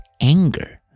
anger